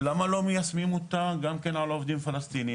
מדוע לא מיישמים אותם גם כן על עובדים פלסטינים